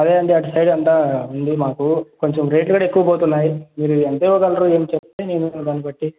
అదే అండి అటు సైడ్ అంతా ఉంది మాకు కొంచెం రేట్ కూడా ఎక్కువ పోతున్నాయి మీరు ఎంత ఇవ్వగలరు ఏం చెప్తే నేను దాన్ని బట్టి